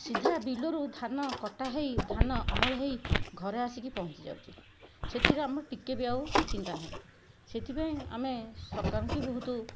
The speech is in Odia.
ସିଧା ବିଲରୁ ଧାନ କଟା ହେଇ ଧାନ ଅମଳ ହେଇ ଘରେ ଆସିକି ପହଞ୍ଚିଯାଉଚି ସେଥିର ଆମର ଟିକେ ବି ଆଉ ଚିନ୍ତା ନାହିଁ ସେଥିପାଇଁ ଆମେ ସରକାରଙ୍କୁ ବହୁତ